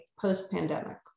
post-pandemic